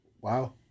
Wow